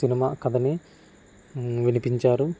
cinema కథని వినిపించారు